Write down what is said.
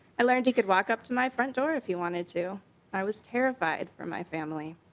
i learned he could walk up to my front door if he wanted to i was terrified for my family.